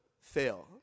fail